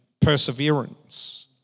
perseverance